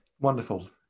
wonderful